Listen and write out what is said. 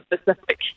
specific